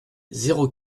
zéro